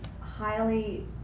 highly